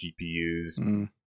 GPUs